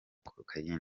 cocaine